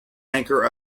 anchor